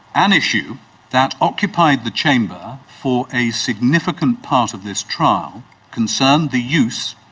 an issue that occupied the chamber for a significant part of this trial concerned the use,